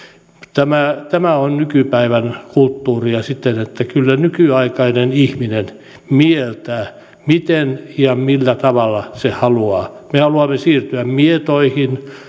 tämä tämä on nykypäivän kulttuuria siten että kyllä nykyaikainen ihminen mieltää miten ja millä tavalla se haluaa me haluamme siirtyä mietoihin